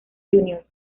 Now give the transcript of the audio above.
juniors